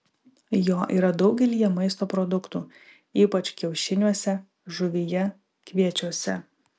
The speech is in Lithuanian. jo yra daugelyje maisto produktų ypač kiaušiniuose žuvyje kviečiuose